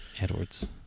Edwards